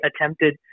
attempted